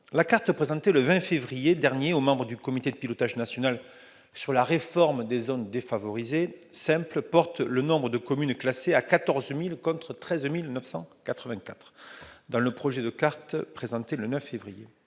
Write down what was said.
La carte présentée le 20 février dernier aux membres du comité de pilotage national de la réforme des zones défavorisées simples porte le nombre de communes classées à 14 000 contre 13 984 dans le projet de carte présenté le 9 février.